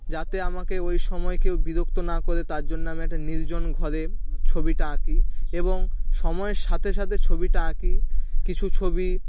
যাতে আমাকে ওই সময় কেউ বিরক্ত না করে তার জন্য আমি একটা নির্জন ঘরে ছবিটা আঁকি এবং সময়ের সাথে সাথে ছবিটা আঁকি কিছু ছবি